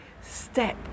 step